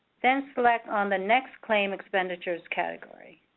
then select on the next claim expenditures category.